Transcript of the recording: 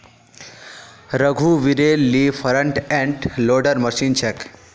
रघुवीरेल ली front end loader machine छेक